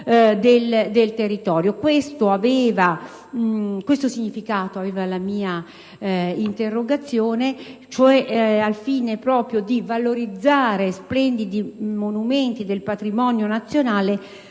Questo significato aveva la mia interrogazione, al fine proprio di valorizzare splendidi monumenti del patrimonio nazionale